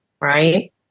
right